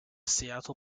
seattle